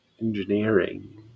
engineering